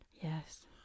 Yes